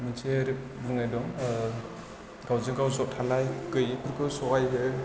मोनसे रो बुंनाय दं गावजों गाव ज' थालाय गोयिफोरखौ सहाय हो